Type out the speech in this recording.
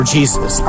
Jesus